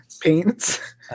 paints